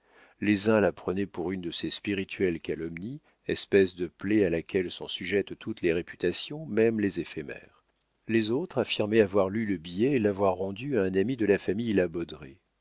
les uns la prenaient pour une de ces spirituelles calomnies espèce de plaie à laquelle sont sujettes toutes les réputations même les éphémères les autres affirmaient avoir lu le billet et l'avoir rendu à un ami de la famille la